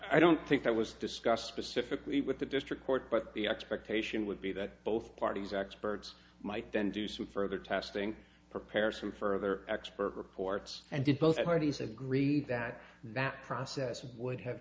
i don't think that was discussed specifically with the district court but the expectation would be that both parties experts might then do some further testing prepare some further expert reports and did both parties agree that that process would have